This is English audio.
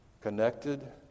connected